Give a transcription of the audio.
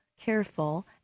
careful